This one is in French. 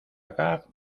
gare